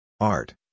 Art